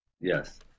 Yes